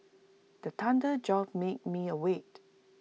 the thunder jolt me me awake